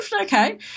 okay